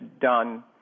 done